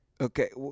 Okay